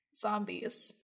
zombies